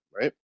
right